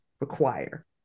require